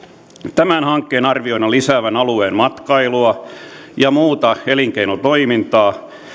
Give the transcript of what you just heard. tämän hankkeen arvioidaan lisäävän alueen matkailua ja muuta elinkeinotoimintaa